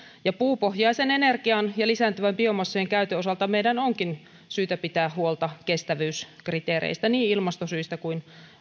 puupohjaisen energian ja lisääntyvän biomassojen käytön osalta meidän onkin syytä pitää huolta kestävyyskriteereistä niin ilmastosyistä kuin